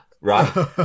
Right